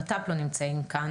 הבט"פ לא נמצאים כאן